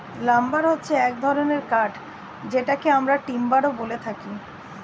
lumber হচ্ছে এক ধরনের কাঠ যেটাকে আমরা টিম্বারও বলে থাকি